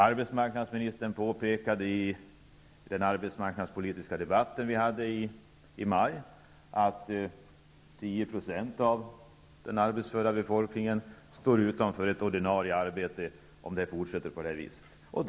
Arbetsmarknadsministern påpekade i den arbetsmarknadspolitiska debatt vi hade i maj att 10 % av den arbetsföra befolkningen kommer att stå utanför ett ordinarie arbete om det fortsätter på det här viset.